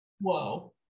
Whoa